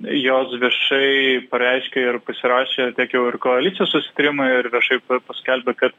jos viešai pareiškė ir pasirašė tiek jau ir koalicijos susitarimą ir viešai paskelbė kad